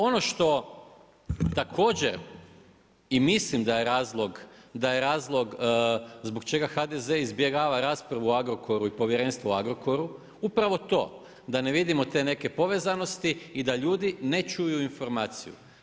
Ono što također i mislim da je razlog, da je razlog zbog čega HDZ izbjegava raspravu o Agrokoru i povjerenstvo o Agrokoru upravo to da ne vidimo te neke povezanosti i da ljudi ne čuju informaciju.